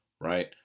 right